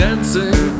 Dancing